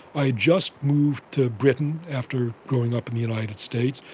i had just moved to britain after growing up in the united states,